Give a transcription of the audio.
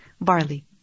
barley